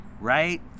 Right